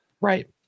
Right